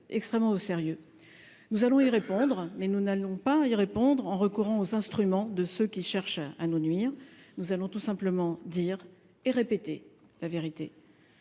nous allons-y répondre, mais nous n'allons pas y répondre en recourant aux instruments de ceux qui cherchent à nous nuire, nous allons tout simplement dire et répéter la vérité,